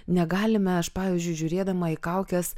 negalime aš pavyzdžiui žiūrėdama į kaukes